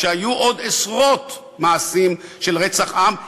כשהיו עוד עשרות מעשים של רצח עם,